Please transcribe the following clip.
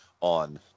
on